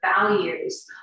values